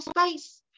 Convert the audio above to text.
space